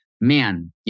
man